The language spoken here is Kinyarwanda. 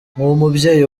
nk’umubyeyi